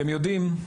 אתם יודעים,